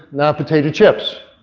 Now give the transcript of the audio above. not potato chips.